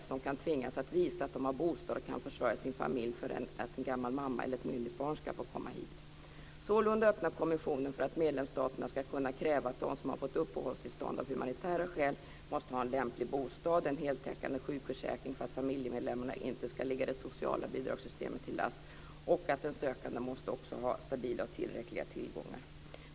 Dessa kan för att en gammal mamma eller ett myndigt barn ska få komma hit tvingas att visa att de har bostad och kan försörja sin familj. Sålunda öppnar konventionen för att medlemsstaterna ska kunna kräva att de som har fått uppehållstillstånd av humanitära skäl måste ha en lämplig bostad och en heltäckande sjukförsäkring för att familjemedlemmarna inte ska ligga det sociala bidragssystemet till last och att den sökande också måste ha stabila och tillräckliga tillgångar.